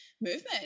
movement